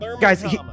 guys